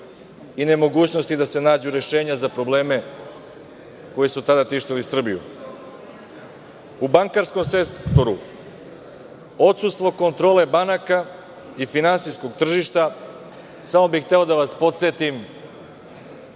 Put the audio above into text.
i nemogućnosti da se nađu rešenja za probleme koji su tada tištili Srbiju.U bankarskom sektoru, odsustvo kontrole banaka i finansijskog tržišta. Samo bih hteo da vas podsetim